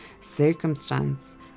circumstance